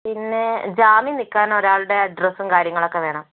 പിന്നെ ജാമ്യം നിൽക്കാൻ ഒരാളുടെ അഡ്രസ്സും കാര്യങ്ങളൊക്കെ വേണം